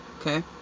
Okay